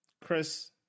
Chris